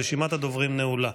רשימת הדוברים נעולה.